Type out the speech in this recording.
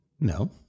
no